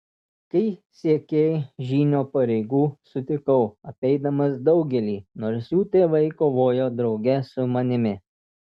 kai siekei žynio pareigų sutikau apeidamas daugelį nors jų tėvai kovojo drauge su manimi